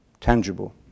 tangible